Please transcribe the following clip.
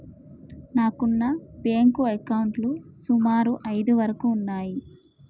నాకున్న బ్యేంకు అకౌంట్లు సుమారు ఐదు వరకు ఉన్నయ్యి